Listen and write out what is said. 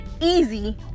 easy